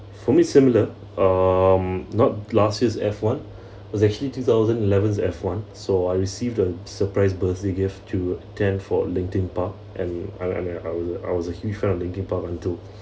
for me similar um not last year's F one was actually two thousand eleven's F one so I received a surprise birthday gifts to attend for linkin park and and and and I was I was a huge fan of linkin park until